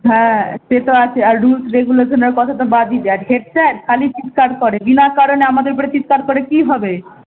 হ্যাঁ সে তো আছে আর রুলস রেগুলেশানের কথা তো বাদই দে আর হেড স্যার খালি চিৎকার করে বিনা কারণে আমাদের উপরে চিৎকার করে কী হবে